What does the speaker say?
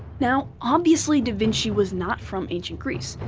now, obviously da vinci was not from ancient greece,